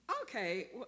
Okay